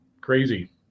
Crazy